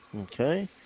Okay